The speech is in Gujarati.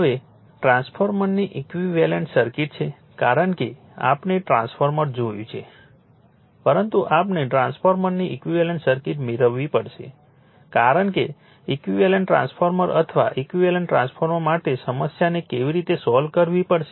હવે ટ્રાન્સફોર્મરની ઈક્વિવેલન્ટ સર્કિટ છે કારણ કે આપણે ટ્રાન્સફોર્મર જોયું છે પરંતુ આપણે ટ્રાન્સફોર્મરની ઈક્વિવેલન્ટ સર્કિટ મેળવવી પડશે કારણ કે ઈક્વિવેલન્ટ ટ્રાન્સફોર્મર અથવા ઈક્વિવેલન્ટ ટ્રાન્સફોર્મર માટે સમસ્યાને કેવી રીતે સોલ્વ કરવી પડશે